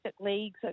leagues